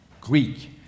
Greek